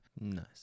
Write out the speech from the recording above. Nice